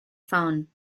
phone